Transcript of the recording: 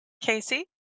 Casey